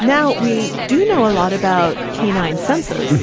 now. we do know a lot about canine sensor's.